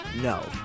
no